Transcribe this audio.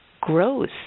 grows